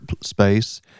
space